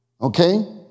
Okay